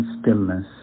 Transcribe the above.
stillness